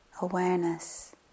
awareness